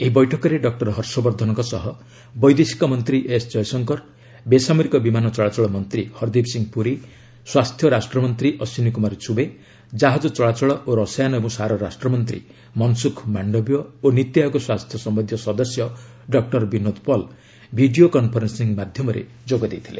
ଏହି ବୈଠକରେ ଡକୁର ହର୍ଷବର୍ଦ୍ଧନଙ୍କ ସହ ବୈଦେଶିକ ମନ୍ତ୍ରୀ ଏସ୍ ଜୟଶଙ୍କର ବେସାମରିକ ବିମାନ ଚଳାଚଳ ମନ୍ତ୍ରୀ ହରଦୀପ ସିଂହ ପୁରୀ ସ୍ୱାସ୍ଥ୍ୟ ରାଷ୍ଟ୍ରମନ୍ତ୍ରୀ ଅଶ୍ୱିନୀ କୁମାର ଚୁବେ ଜାହାଜ ଚଳାଚଳ ଓ ରସାୟନ ଏବଂ ସାର ରାଷ୍ଟ୍ର ମନ୍ତ୍ରୀ ମନଶୁଖ ମାଣ୍ଡବିୟ ଓ ନୀତିଆୟୋଗ ସ୍ୱାସ୍ଥ୍ୟ ସମ୍ବନ୍ଧୀୟ ସଦସ୍ୟ doctor Vinod Paul video conferencing ମାଧ୍ୟମରେ ଯୋଗ ଦେଇଥିଲେ